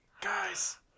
Guys